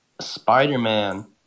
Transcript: Spider-Man